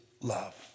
love